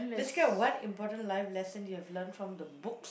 describe one important life lesson you have learned from the books